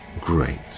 great